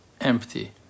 empty